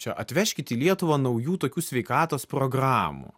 čia atvežkit į lietuvą naujų tokių sveikatos programų